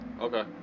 Okay